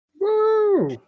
Woo